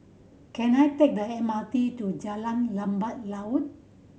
can I take the M R T to Jalan Lebat Daun